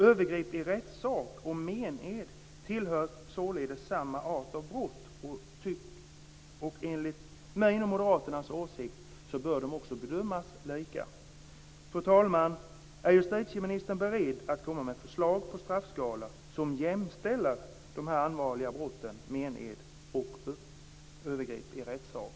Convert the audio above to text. Övergrepp i rättssak och mened tillhör således samma art av brott, och enligt min och Moderaternas åsikt bör de också bedömas lika. Fru talman! Är justitieministern beredd att komma med förslag till en straffskala som jämställer de allvarliga brotten mened och övergrepp i rättssak?